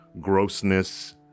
grossness